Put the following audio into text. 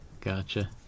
Gotcha